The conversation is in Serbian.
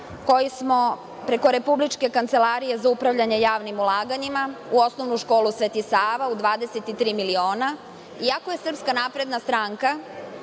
koji smo preko Republičke kancelarije za upravljanje javnim ulaganjima u Osnovnu školu „Sveti Sava“ u 23 miliona, iako je SNS na vlasti